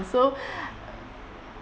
so